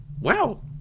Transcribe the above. Wow